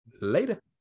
later